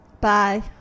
Bye